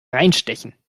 reinstechen